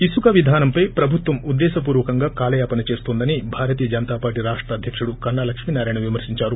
ఇసుక విధానంపై ప్రభుత్వం ఉద్దేశ పూర్వకంగా కాలయాపన చేస్తోందని భారతీయ జనతా పార్టీ రాష్ట అధ్యక్తుడు కన్నా లక్ష్మీనారాయణ విమర్శించారు